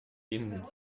ihn